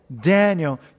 Daniel